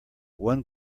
one